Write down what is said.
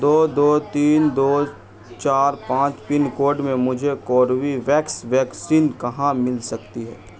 دو دو تین دو چار پانچ پن کوڈ میں مجھے کوربیویکس ویکسین کہاں مل سکتی ہے